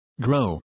grow